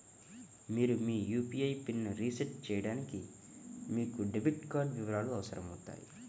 మీరు మీ యూ.పీ.ఐ పిన్ని రీసెట్ చేయడానికి మీకు డెబిట్ కార్డ్ వివరాలు అవసరమవుతాయి